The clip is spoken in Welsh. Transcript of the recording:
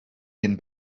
hyn